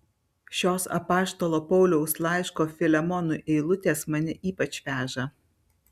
šios apaštalo pauliaus laiško filemonui eilutės mane ypač veža